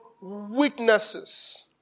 witnesses